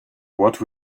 what